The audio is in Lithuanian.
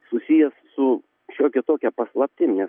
susijęs su šiokia tokia paslaptim nes